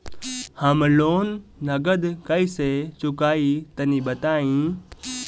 हम लोन नगद कइसे चूकाई तनि बताईं?